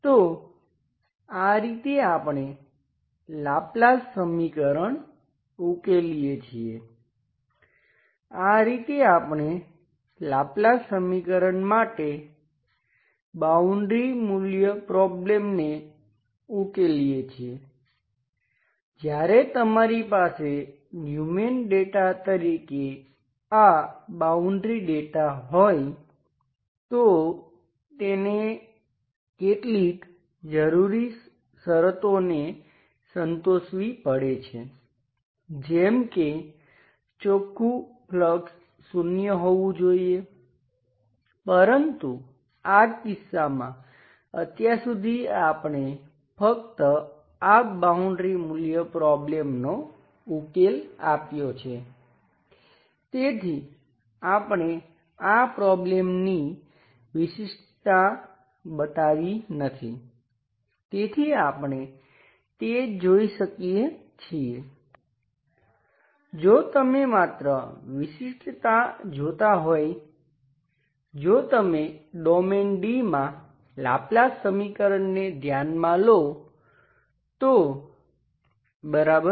તો આ રીતે આપણે લાપ્લાસ સમીકરણ D માં લાપ્લાસ સમીકરણને ધ્યાનમાં લો તો બરાબર